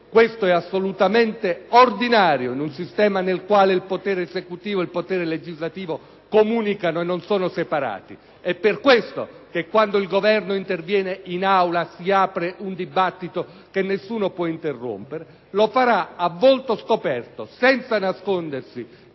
che ciò è assolutamente ordinario in un sistema nel quale il potere esecutivo e il potere legislativo comunicano e non sono separati: è per questo che quando il Governo interviene in Aula si apre un dibattito che nessuno può interrompere - lo farà a volto scoperto, senza nascondersi